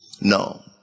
no